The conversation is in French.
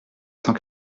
cent